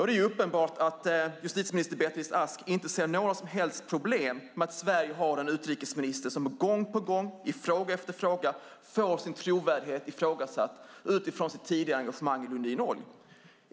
Det är uppenbart att justitieminister Beatrice Ask inte ser några som helst problem med att Sverige har en utrikesminister som gång på gång i fråga efter fråga får sin trovärdighet ifrågasatt utifrån sitt tidigare engagemang i Lundin Oil.